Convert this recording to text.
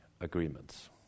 agreements